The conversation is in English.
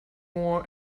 more